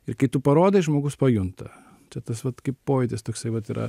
ir kai tu parodai žmogus pajunta čia tas vat kaip pojūtis toksai vat yra